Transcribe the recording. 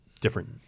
different –